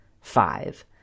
five